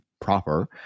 proper